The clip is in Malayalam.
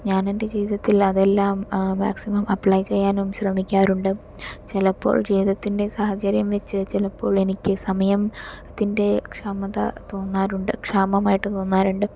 ഞാൻ എന്റെ ജീവിതത്തിൽ അതെല്ലാം മാക്സിമം അപ്ലൈ ചെയ്യാനും ശ്രമിക്കാറുണ്ട് ചിലപ്പോൾ ജീവിതത്തിന്റെ സാഹചര്യം വച്ചു ചിലപ്പോൾ എനിക്ക് സമയത്തിന്റെ ക്ഷമത തോന്നാറുണ്ട് ക്ഷാമമായിട്ടു തോന്നാറുണ്ട്